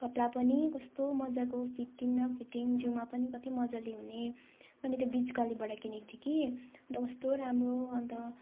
कपडा पनि कस्तो मजाको फिटिङ न फिटिङ जिउमा पनि कति मजाले हुने अनि त्यो बिचगल्लीबाट किनेको थिएँ कि अन्त कस्तो राम्रो अन्त